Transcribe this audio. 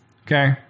Okay